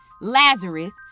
Lazarus